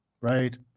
right